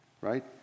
right